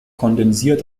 kondensiert